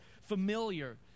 familiar